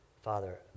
Father